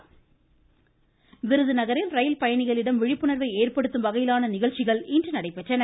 இருவரி விருதுநகரில் ரயில் பயணிகளிடம் விழிப்புணர்வை ஏற்படுத்தும் வகையிலான நிகழ்ச்சிகள் இன்று நடைபெற்றன